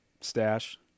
stash